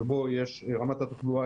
שיש לה חשיבות לאומית,